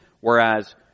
Whereas